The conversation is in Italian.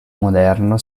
moderno